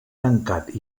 tancat